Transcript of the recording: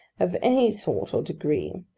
of any sort or degree,